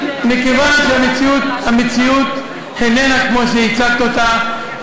מכיוון שהמציאות איננה כמו שהצגת אותה,